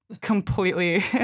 completely